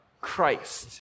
Christ